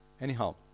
anyhow